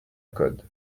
code